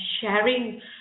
sharing